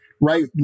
right